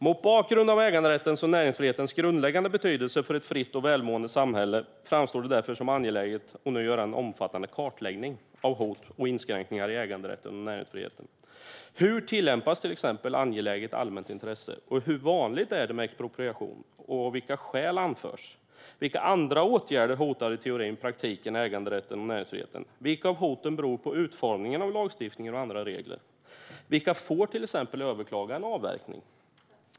Mot bakgrund av äganderättens och näringsfrihetens grundläggande betydelse för ett fritt och välmående samhälle framstår det därför som angeläget att nu göra en omfattande kartläggning av hot mot och inskränkningar i äganderätten och näringsfriheten. Hur tillämpas till exempel skrivningarna om "angeläget allmänt intresse"? Hur vanligt är det med expropriation, och vilka skäl anförs? Vilka andra åtgärder hotar, i teorin och praktiken, äganderätten och näringsfriheten? Vilka av hoten beror på utformningen av lagstiftning och andra regler - vem får till exempel överklaga en avverkning?